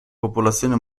popolazione